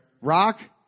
Rock